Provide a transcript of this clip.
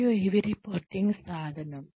మరియు ఇది రిపోర్టింగ్ సాధనం